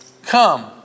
Come